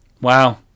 Wow